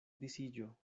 disiĝo